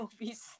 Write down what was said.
movies